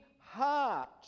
heart